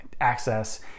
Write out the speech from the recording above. access